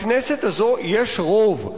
בכנסת הזו יש רוב.